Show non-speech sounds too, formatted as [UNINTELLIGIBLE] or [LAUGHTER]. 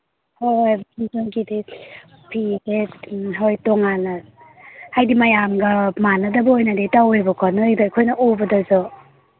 ꯍꯣꯏ [UNINTELLIGIBLE] ꯐꯤꯁꯦ ꯍꯣꯏ ꯇꯣꯉꯥꯟꯅ ꯍꯥꯏꯗꯤ ꯃꯌꯥꯝꯒ ꯃꯥꯟꯅꯗꯕ ꯑꯣꯏꯅꯗꯤ ꯇꯧꯋꯦꯕꯀꯣ ꯅꯣꯏꯗꯣ ꯑꯩꯈꯣꯏꯅ ꯎꯕꯗꯁꯨ